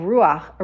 Ruach